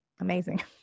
amazing